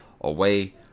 away